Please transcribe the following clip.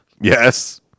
Yes